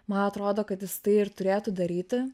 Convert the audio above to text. man atrodo kad jis tai ir turėtų daryti